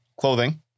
clothing